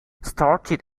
started